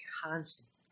constantly